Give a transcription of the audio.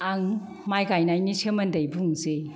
आं माइ गायनायनि सोमोन्दै बुंसै